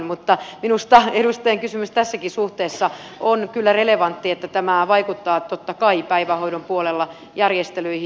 mutta minusta edustajan kysymys tässäkin suhteessa on kyllä relevantti että tämä vaikuttaa totta kai päivähoidon puolella järjestelyihin